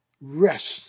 rest